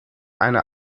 eine